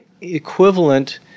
equivalent